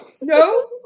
No